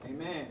Amen